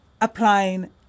applying